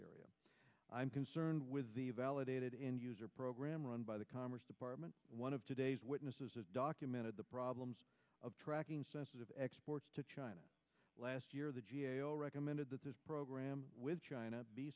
area i'm concerned with the validated end user program run by the commerce department one of today's witnesses documented the problems of tracking sensitive exports to china last year the g a o recommended that this program with